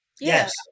Yes